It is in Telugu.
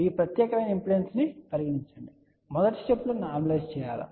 మీరు ఈ ప్రత్యేక ఇంపిడెన్స్ ను పరిగణించండి మొదటి స్టెప్ లో నార్మలైస్ చేయండి